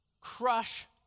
crush